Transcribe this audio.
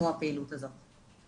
כמו הפעילות הזו.